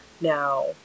Now